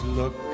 look